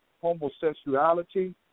homosexuality